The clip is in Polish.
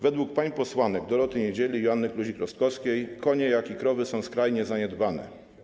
Według pań posłanek Doroty Niedzieli i Joanny Kluzik-Rostkowskiej konie, jak i krowy, są skrajnie zaniedbane.